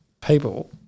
people